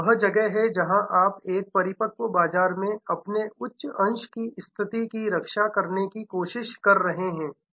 यह वह जगह है जहां आप एक परिपक्व बाजार में अपने उच्च अंश की स्थिति की रक्षा करने की कोशिश कर रहे हैं